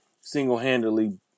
single-handedly